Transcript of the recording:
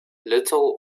little